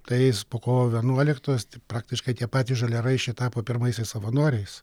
tais po kovo vienuoliktos tai praktiškai tie patys žaliaraiščiai tapo pirmaisiais savanoriais